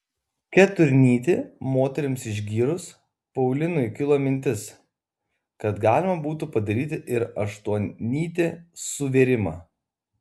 keturnytį moterims išgyrus paulinui kilo mintis kad galima būtų padaryti ir aštuonnytį suvėrimą